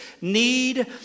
need